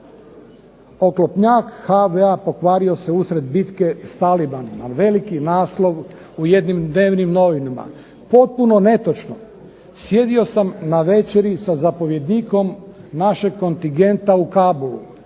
oklopnjak HVO pokvario se usred bitke s Talibanima, veliki naslov u jednim dnevnim novinama. Potpuno netočno. Sjedio sam na večeri sa zapovjednikom našeg kontingenta u Kabulu.